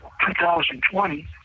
2020